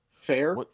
fair